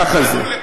ככה זה.